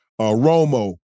Romo